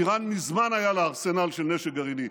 איראן, מזמן היה לה ארסנל של נשק גרעיני.